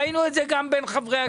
ראינו את זה גם בין חברי הכנסת.